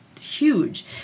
huge